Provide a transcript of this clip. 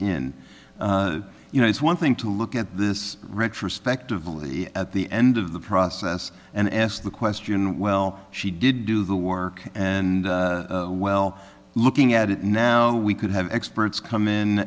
in you know it's one thing to look at this retrospective at the end of the process and ask the question well she did do the work and well looking at it now we could have experts come in